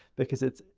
because it's,